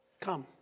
Come